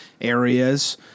areas